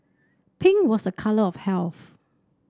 pink was a colour of health